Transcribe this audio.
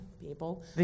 people